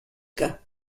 cas